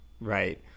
right